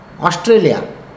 Australia